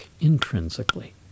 intrinsically